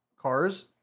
cars